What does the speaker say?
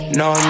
no